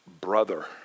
brother